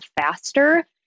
faster